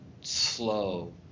slow